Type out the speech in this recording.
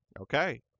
Okay